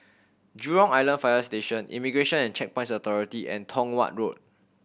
Jurong Island Fire Station Immigration and Checkpoints Authority and Tong Watt Road